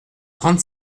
trente